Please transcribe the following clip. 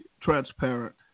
transparent